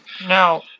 Now